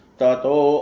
tato